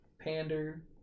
pander